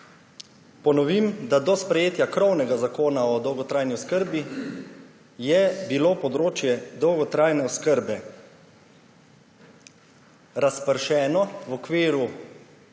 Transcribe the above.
Ponovim, da do sprejetja krovnega Zakona o dolgotrajni oskrbi je bilo področje dolgotrajne oskrbe razpršeno v okviru